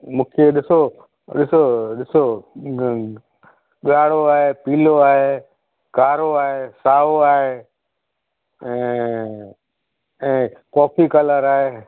मूंखे ॾिसो ॾिसो ॾिसो ॻ ॻाढो आहे पीलो आहे कारो आहे साओ आहे ऐं ऐं कॉफ़ी कलर आहे